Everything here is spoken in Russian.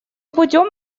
путем